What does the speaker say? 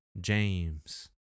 James